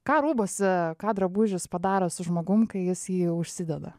ką rūbuose ką drabužis padaro su žmogum kai jis jį užsideda